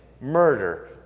murder